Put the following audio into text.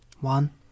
One